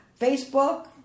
Facebook